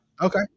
Okay